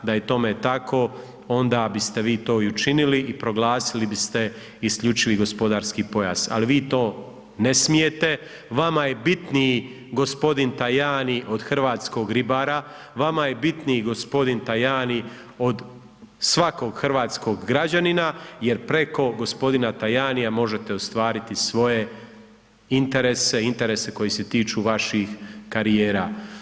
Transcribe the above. Da je tome tako onda biste vi to i učinili i proglasili biste isključivi gospodarski pojas, ali vi to ne smijete, vama je bitniji gospodin Tajani od hrvatskog ribara, vama je bitniji gospodin Tajani od svakog hrvatskog građanina, jer preko gospodina Tajanija možete ostvariti svoje interese, interese koji se tiču vaših karijera.